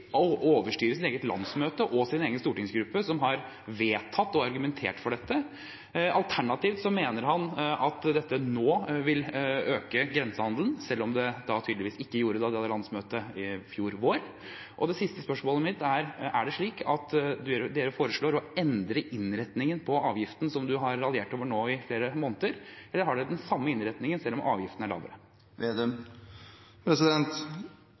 å overstyre sitt eget landsmøte og sin egen stortingsgruppe, som har vedtatt og argumentert for dette. Alternativt mener han at dette nå vil øke grensehandelen, selv om det tydeligvis ikke gjorde det da det var landsmøte i fjor vår. Det siste spørsmålet mitt er: Er det slik at Senterpartiet foreslår å endre innretningen på avgiften som man nå har raljert over i flere måneder, eller har man den samme innretningen selv om avgiften er lavere?